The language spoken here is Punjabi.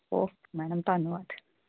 ਓਕੇ ਮੈਡਮ ਧੰਨਵਾਦ